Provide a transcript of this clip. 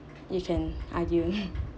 you can argue